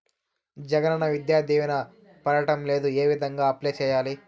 జగనన్న విద్యా దీవెన పడడం లేదు ఏ విధంగా అప్లై సేయాలి